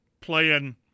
playing